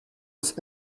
was